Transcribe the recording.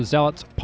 Zealots